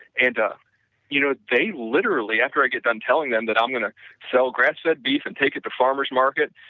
and you know they literally, after i get them telling them that i'm going to sell grass-fed beef and take it to farmers' market,